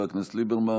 לחבר הכנסת ליברמן.